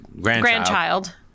Grandchild